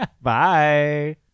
bye